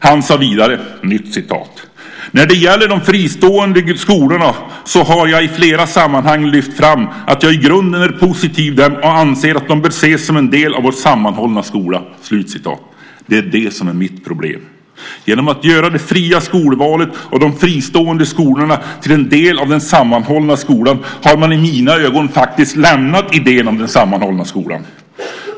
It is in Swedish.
Han sade vidare: "När det gäller de fristående skolorna så har jag i flera sammanhang lyft fram att jag i grunden är positiv till dem och anser att de bör ses som en del av vår sammanhållna skola." Det är det som är mitt problem. Genom att göra det fria skolvalet och de fristående skolorna till en del av den sammanhållna skolan har man i mina ögon faktiskt lämnat idén om den sammanhållna skolan.